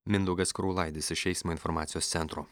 mindaugas kraulaidis iš eismo informacijos centro